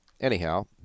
anyhow